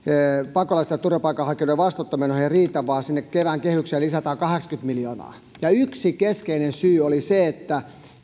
pakolaisten ja turvapaikanhakijoiden vastaanottomenoihin ei riitä vaan sinne kevään kehykseen lisätään kahdeksankymmentä miljoonaa yksi keskeinen syy oli se että